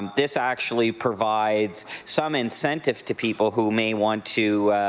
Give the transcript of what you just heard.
um this actually provides some incentives to people who may want to